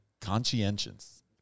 conscientious